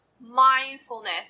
mindfulness